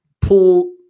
pull